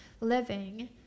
living